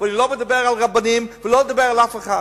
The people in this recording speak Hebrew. ואני לא מדבר על רבנים ולא מדבר על אף אחד.